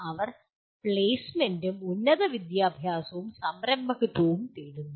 അവർ പ്ലേസ്മെൻ്റും ഉന്നത വിദ്യാഭ്യാസവും സംരംഭകത്വവും തേടുന്നു